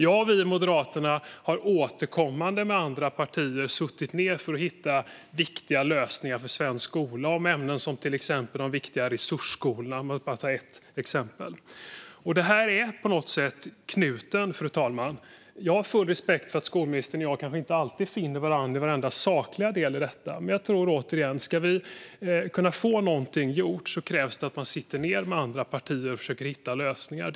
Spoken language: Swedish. Jag och vi i Moderaterna har återkommande suttit ned med andra partier för att hitta viktiga lösningar för svensk skola. För att bara ta ett exempel gällde det de viktiga resursskolorna. Fru talman! Detta är på något sätt knuten. Jag har full respekt för att skolministern och jag kanske inte alltid finner varandra i alla sakliga delar i detta. Men om vi ska kunna få någonting gjort krävs det att man sitter ned med andra partier och försöker hitta lösningar.